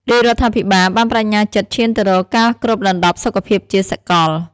រាជរដ្ឋាភិបាលបានប្តេជ្ញាចិត្តឈានទៅរកការគ្របដណ្ដប់សុខភាពជាសកល។